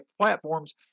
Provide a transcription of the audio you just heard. platforms